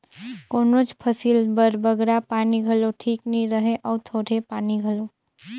कोनोच फसिल बर बगरा पानी घलो ठीक नी रहें अउ थोरहें पानी घलो